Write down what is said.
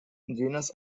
genus